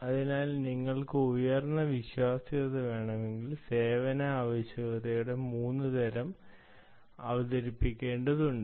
അതിനാൽ നിങ്ങൾക്ക് ഉയർന്ന വിശ്വാസ്യത വേണമെങ്കിൽ സേവന ആവശ്യകതയുടെ മൂന്ന് തരം അവതരിപ്പിക്കേണ്ടതുണ്ട്